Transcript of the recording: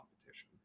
competition